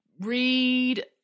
read